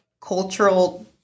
cultural